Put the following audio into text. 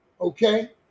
okay